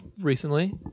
recently